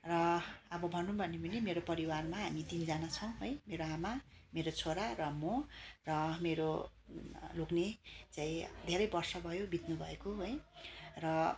र अब भनौँ भने मेरो परिवारमा हामी तिनजना छौँ है मेरो आमा मेरो छोरा र म र मेरो लोग्ने चाहिँ धेरै वर्ष भयो बित्नु भएको है र